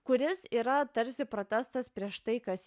kuris yra tarsi protestas prieš tai kas